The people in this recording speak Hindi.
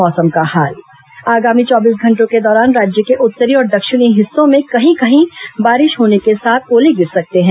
मौसम आगामी चौबीस घंटों के दौरान राज्य के उत्तरी और दक्षिणी हिस्सों में कहीं कहीं बारिश होने के साथ ओले गिर सकते हैं